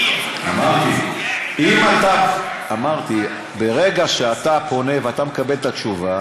אמרתי, ברגע שאתה פונה ואתה מקבל את התשובה,